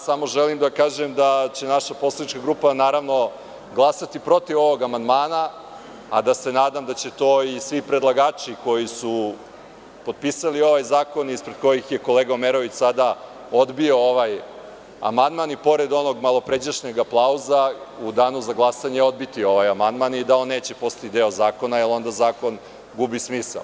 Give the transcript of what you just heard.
Samo želim da kažem da će naša poslanička grupa glasati protiv ovog amandmana, a da se nadam da će to i svi predlagači koji su potpisali ovaj zakon, ispred kojih je kolega Omerović sada odbio ovaj amandman, i pored onog malopređašnjeg aplauza, u danu za glasanje odbiti ovaj amandman i da on neće postati deo zakona, jer onda zakon gubi smisao.